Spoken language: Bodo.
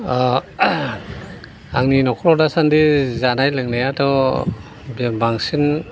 आंनि न'खराव दासान्दि जानाय लोंनायाथ' बांसिन